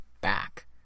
back